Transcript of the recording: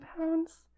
pounds